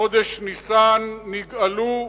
בחודש ניסן נגאלו,